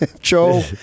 Joe